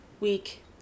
week